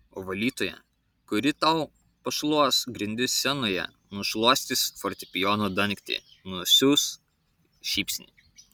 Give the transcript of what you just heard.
o valytoja kuri tau pašluos grindis scenoje nušluostys fortepijono dangtį nusiųs šypsnį